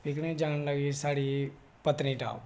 picnic जान लगी साढ़ी पत्तनीटाप